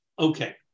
Okay